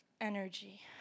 energy